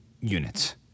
units